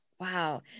Wow